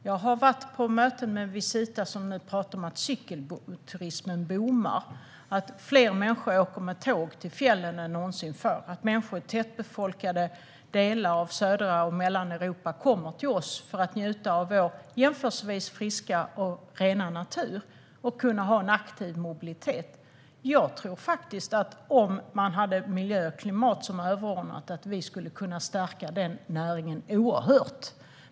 Jag har varit på möten med Visita där man talat om att cykelturismen boomar, att fler människor åker tåg till fjällen än någonsin förut och att människor i tätbefolkade delar av Syd och Mellaneuropa kommer till oss för att njuta av vår jämförelsevis friska och rena natur och kunna ha en aktiv mobilitet. Jag tror faktiskt att man, om miljö och klimat var överordnat, skulle kunna stärka den näringen oerhört.